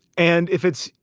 and if it's,